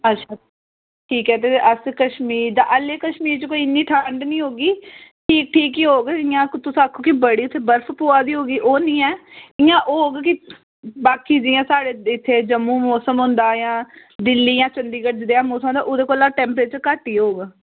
अच्छा ठीक ऐ ते फ्ही अस कशमीर दा हाल्ली कशमीर च कोई इन्नी ठंड निं होगी ठीक ठीक ई होग इ'यां तुस आक्खो कि बड़ी उत्थै बर्फ पवै दी होगी ओह् निं ऐं जि'यां होग बी बाकी जि'यां साढ़े इत्थै जम्मू मौसम होंदा जां दिल्ली जां चंडीगढ़ जनेहा मौसम ऐ ओह्दे कोला टैम्परेचर घट्ट ई होग